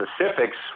specifics